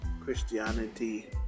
Christianity